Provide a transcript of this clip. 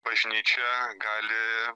bažnyčia gali